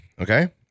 Okay